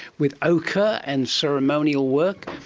with ochre and ceremonial work,